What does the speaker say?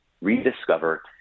rediscover